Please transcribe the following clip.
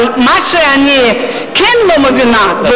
אבל מה שאני לא מבינה,